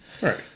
Right